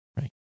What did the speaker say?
right